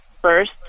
First